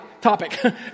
topic